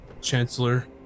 Chancellor